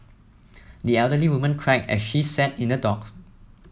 the elderly woman cried as she sat in the dock